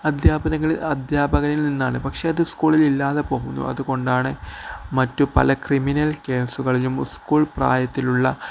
അധ്യാപനങ്ങളിൽ അധ്യാപകനിൽ നിന്നാണ് പക്ഷെ അത് സ്കൂളിലില്ലാതെ പോകുന്നതുകൊണ്ടാണ് മറ്റു പല ക്രിമിനൽ കേസുകളിലും സ്കൂൾ പ്രായത്തിലുള്ള